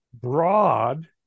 broad